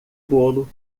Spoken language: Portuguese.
bolo